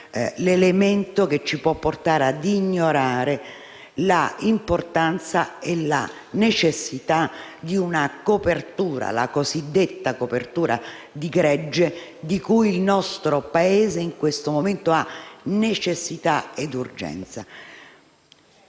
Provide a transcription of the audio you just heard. l'elemento che ci può portare a ignorare l'importanza e la necessità della cosiddetta copertura di gregge, di cui il nostro Paese in questo momento ha necessità e urgenza.